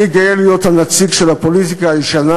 אני גאה להיות נציג של הפוליטיקה הישנה.